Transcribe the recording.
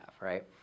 right